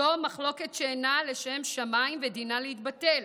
זו מחלוקת שאינה לשם שמיים, ודינה להתבטל.